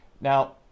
now